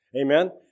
Amen